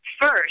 first